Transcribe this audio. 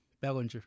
Bellinger